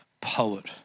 poet